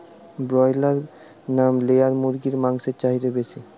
Broiler না layer মুরগির মাংসর চাহিদা বেশি?